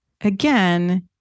again